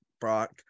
Brock